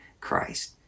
Christ